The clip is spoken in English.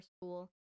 school